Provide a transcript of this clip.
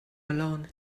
alone